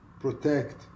protect